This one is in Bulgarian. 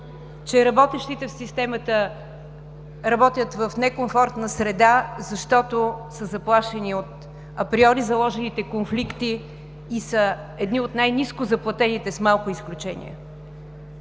че работещите в системата работят в некомфортна среда, защото са заплашени от априори заложените конфликти и са едни от най-ниско заплатените с малко изключения.